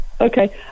Okay